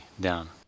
down